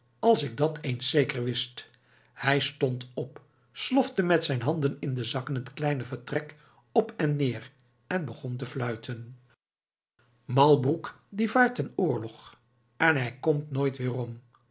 als ik dat eens zeker wist hij stond op slofte met zijn handen in de zakken het kleine vertrek op en neer en begon te fluiten malbroek die vaart ten oorlog en hij komt nooit weerom